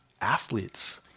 athletes